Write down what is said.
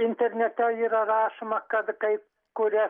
internete yra rašoma kad kai kuria